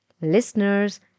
listeners